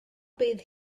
bydd